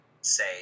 say